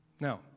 Now